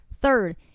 Third